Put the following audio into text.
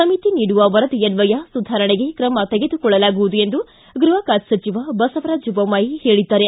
ಸಮಿತಿ ನೀಡುವ ವರದಿಯನ್ವಯ ಸುಧಾರಣೆಗೆ ಕ್ರಮ ತೆಗೆದುಕೊಳ್ಳಲಾಗುವುದು ಎಂದು ಗೃಹ ಖಾತೆ ಸಚಿವ ಬಸವರಾಜ ಬೊಮ್ಮಾಯಿ ಹೇಳಿದ್ದಾರೆ